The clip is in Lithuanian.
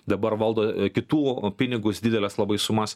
dabar valdo kitų pinigus dideles labai sumas